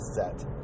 set